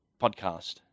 podcast